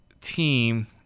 team